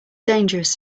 dangerous